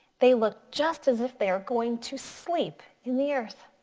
they look just as if they're going to sleep in the earth.